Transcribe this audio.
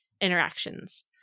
interactions